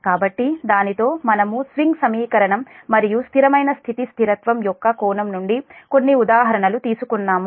కాబట్టి దానితో మనము స్వింగ్ సమీకరణం మరియు స్థిరమైన స్థితి స్థిరత్వం యొక్క కోణం నుండి కొన్ని ఉదాహరణలు తీసుకున్నాము